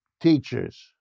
teachers